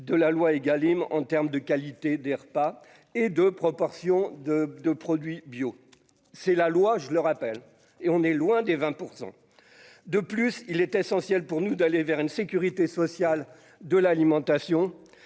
de la loi Egalim en terme de qualité, des repas et de proportion de de produits bio, c'est la loi, je le rappelle et on est loin des 20 % de plus, il est essentiel pour nous d'aller vers une sécurité sociale de l'alimentation